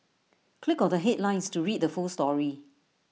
click on the headlines to read the full story